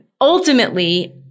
ultimately